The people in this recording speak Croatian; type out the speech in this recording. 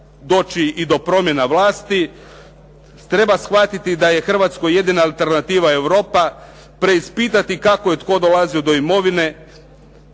doći i do promjena vlasti. Treba shvatiti da je Hrvatskoj jedina alternativa Europa. Preispitati kako je tko dolazio do imovine.